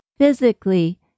Physically